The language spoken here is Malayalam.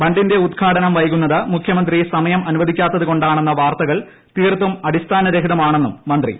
ബണ്ടിന്റെ ഉദ്ഘാടനം വൈകുന്നത് മുഖ്യമന്ത്രി സമയം അനുവദിക്കാ ത്തതുകൊണ്ടാണെന്ന വാർത്തകൾ തീർത്തും അടിസ്ഥാനരഹിതമാണെന്നും മന്ത്രി പറഞ്ഞു